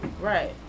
Right